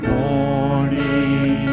morning